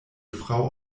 frau